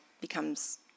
becomes